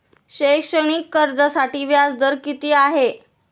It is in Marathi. शैक्षणिक कर्जासाठी व्याज दर किती आहे?